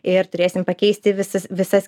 ir turėsim pakeisti visas visas